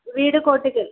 വീട് കോട്ടക്കൽ